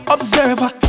Observer